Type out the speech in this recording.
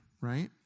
right